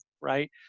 right